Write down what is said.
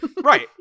Right